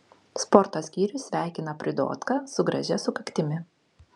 sporto skyrius sveikina pridotką su gražia sukaktimi